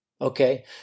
Okay